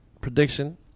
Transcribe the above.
Prediction